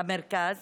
למדו דיני